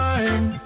Time